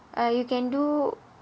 err you can do